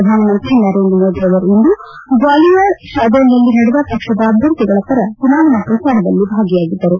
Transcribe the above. ಪ್ರಧಾನಮಂತ್ರಿ ನರೇಂದ್ರ ಮೋದಿ ಅವರು ಇಂದು ಗ್ನಾಲಿಯರ್ ಶಾದೋಲ್ನಲ್ಲಿ ನಡೆದ ಪಕ್ಷದ ಅಭ್ಯರ್ಥಿಗಳ ಪರ ಚುನಾವಣಾ ಪ್ರಚಾರದಲ್ಲಿ ಭಾಗಿಯಾಗಿದ್ದರು